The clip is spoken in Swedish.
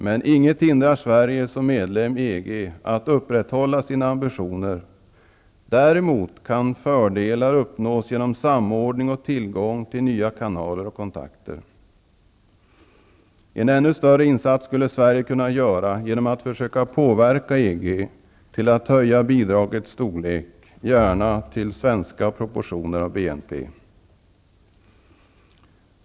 Men inget hindrar Sverige som medlem i EG att upprätthålla sina ambitioner. Däremot kan fördelar uppnås genom samordning och tillgång till nya kanaler och kontakter. En ännu större insats skulle Sverige kunna göra genom att försöka påverka EG till att höja bidragets storlek, gärna till svenska proportioner av BNP.